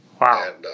Wow